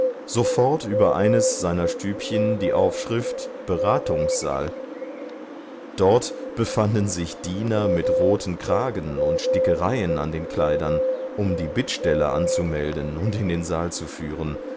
sofort über eines seiner stübchen die aufschrift beratungssaal dort befanden sich diener mit roten kragen und stickereien an den kleidern um die bittsteller anzumelden und in den saal zu führen